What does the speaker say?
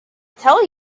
tell